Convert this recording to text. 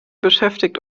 beschäftigt